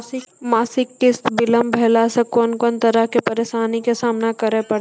मासिक किस्त बिलम्ब भेलासॅ कून कून तरहक परेशानीक सामना करे परतै?